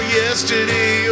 yesterday